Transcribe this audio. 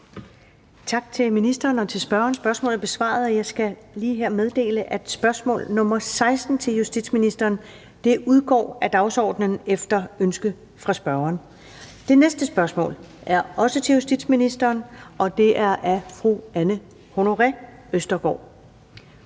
Tak til ministeren og til spørgeren. Spørgsmålet er besvaret. Jeg skal her lige meddele, at spørgsmål nr. 16 til justitsministeren (spm. nr. S 1380) udgår af dagsordenen efter ønske fra spørgeren. Det næste spørgsmål er også til justitsministeren, og det er af fru Anne Honoré Østergaard.